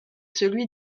celui